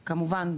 כמובן,